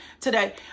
today